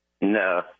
No